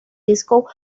disco